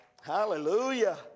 Hallelujah